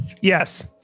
Yes